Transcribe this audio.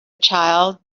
child